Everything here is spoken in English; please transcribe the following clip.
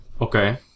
Okay